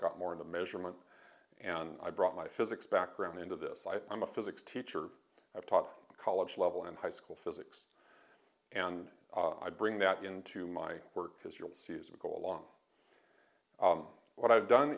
got more in the measurement and i brought my physics background into this i'm a physics teacher i've taught college level and high school physics and i bring that into my work because you'll see as we go along what i've done